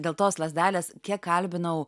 dėl tos lazdelės kiek kalbinau